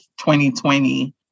2020